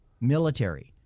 military –